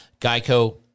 Geico